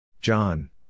John